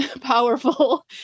powerful